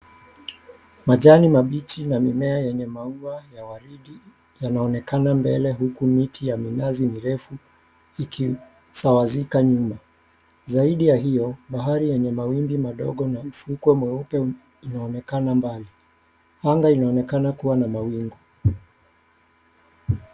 Majani mabichi na mimea yenye mauwa ya waridi yanaonekana mbele huku miti ya minazi mirefu ikisawazika nyuma. Zaidi ya hio, bahari yenye mawimbi madogo na mfukwe mweupe unaonekana mbali. Anga inaonekana kuwa na mawingu.